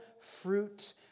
fruit